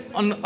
on